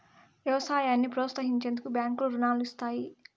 వ్యవసాయాన్ని ప్రోత్సహించేందుకు బ్యాంకులు రుణాలను ఇస్తాయి